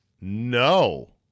No